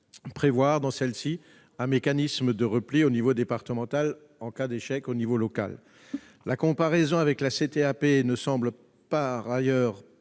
prévoir dans celle-ci un mécanisme de repli au niveau départemental en cas d'échec au niveau local. Par ailleurs, la comparaison avec les CTAP ne semble pas